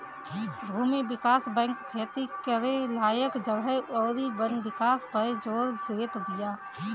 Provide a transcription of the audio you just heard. भूमि विकास बैंक खेती करे लायक जगह अउरी वन विकास पअ जोर देत बिया